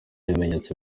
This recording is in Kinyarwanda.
bimenyetso